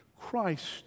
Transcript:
Christ